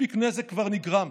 מספיק נזק כבר נגרם.